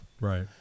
Right